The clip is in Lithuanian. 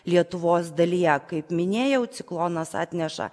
lietuvos dalyje kaip minėjau ciklonas atneša